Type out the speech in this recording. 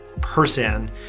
person